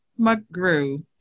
McGrew